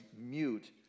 mute